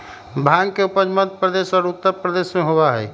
भांग के उपज मध्य प्रदेश और उत्तर प्रदेश में होबा हई